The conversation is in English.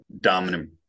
dominant